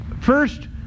first